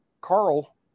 Carl